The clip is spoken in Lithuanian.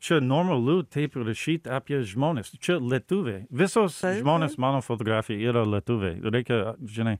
čia normalu taip rašyt apie žmones čia lietuviai visos žmonės mano fotografija yra lietuviai reikia žinai